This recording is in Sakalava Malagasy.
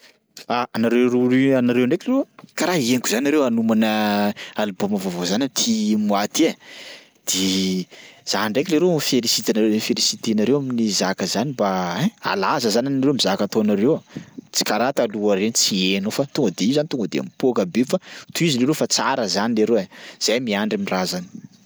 Ah, anareo roa ri- anareo ndraiky loha karaha henoko zany nareo hanomana album vaovao zany am'ty mois ty ai, de za ndraiky leroa mi-felicite anare- feliciter nareo amin'ny zaka zany mba ein halaza zany anareo am'zaka ataonareo io, tsy karaha taloha reny tsy heno fa tonga de io zany tonga de mipoaka be fa tohizo leroa fa tsara zany leroa ai, zahay miandry am'raha zany.